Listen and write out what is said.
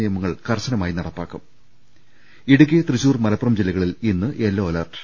നിയമങ്ങൾ കർശനമായി നടപ്പാക്കും ഇടുക്കി തൃശൂർ മലപ്പുറം ജില്ലകളിൽ ഇന്ന് യെല്ലോ അലർട്ട്